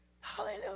Hallelujah